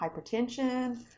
hypertension